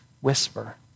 whisper